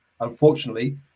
Unfortunately